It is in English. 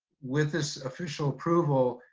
with this official approval,